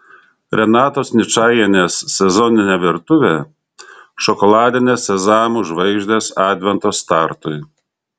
renatos ničajienės sezoninė virtuvė šokoladinės sezamų žvaigždės advento startui